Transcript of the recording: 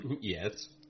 Yes